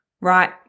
right